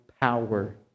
power